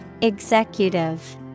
Executive